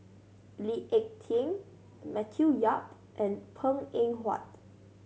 Lee Ek Tieng Matthew Yap and Png Eng Huat